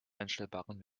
einstellbaren